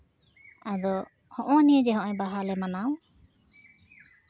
ᱟᱫᱚ ᱦᱚᱸᱜᱼᱚ ᱱᱤᱭᱟᱹ ᱡᱮ ᱵᱟᱦᱟᱞᱮ ᱢᱟᱱᱟᱣ